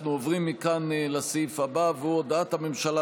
אנחנו עוברים מכאן לסעיף הבא הודעת הממשלה